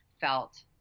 felt